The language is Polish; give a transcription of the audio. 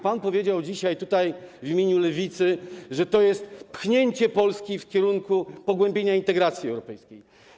Pan powiedział tutaj dzisiaj w imieniu Lewicy, że to jest pchnięcie Polski w kierunku pogłębienia integracji europejskiej.